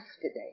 today